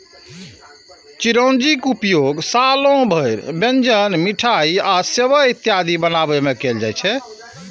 चिरौंजीक उपयोग सालो भरि व्यंजन, मिठाइ आ सेवइ इत्यादि बनाबै मे कैल जाइ छै